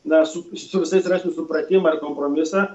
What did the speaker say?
na su su visais rasti supratimą ir kompromisą